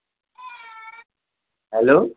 hello